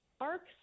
arcs